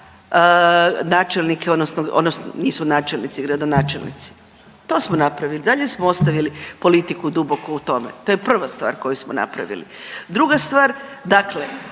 načelnike odnosno nisu načelnici, gradonačelnici. To smo napravili. I dalje smo ostavili politiku duboko u tome to je prva stvar koju smo napravili. Druga stvar, dakle